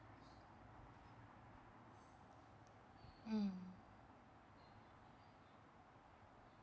mm